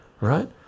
right